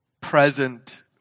present